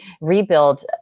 rebuild